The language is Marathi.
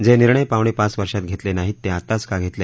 जे निर्णय पावणे पाच वर्षात घेतले नाहीत ते आताच का घेतले